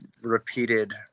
repeated